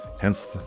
hence